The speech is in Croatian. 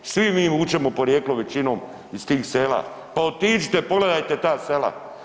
Svi mi vučemo porijeklo većinom iz tih sela, pa otiđite i pogledate ta sela.